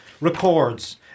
records